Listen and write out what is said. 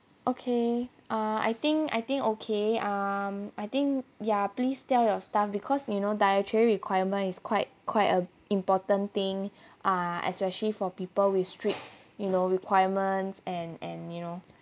okay ah I think I think okay um I think ya please tell your staff because you know dietary requirement is quite quite a important thing ah especially for people with strict you know requirements and and you know